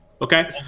Okay